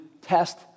test